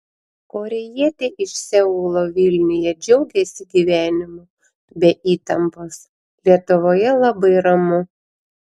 korėjietė iš seulo vilniuje džiaugiasi gyvenimu be įtampos lietuvoje labai ramu